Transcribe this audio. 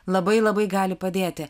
labai labai gali padėti